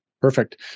Perfect